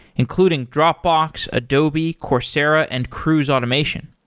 including dropbox, adobe, coursera and cruise automation.